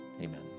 Amen